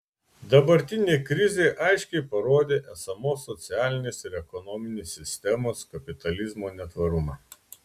dabartinė krizė aiškiai parodė esamos socialinės ir ekonominės sistemos kapitalizmo netvarumą